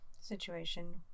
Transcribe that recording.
situation